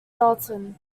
dalton